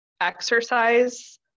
exercise